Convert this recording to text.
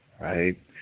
right